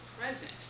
present